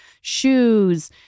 shoes